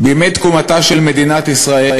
"בימי תקומתה של מדינת ישראל,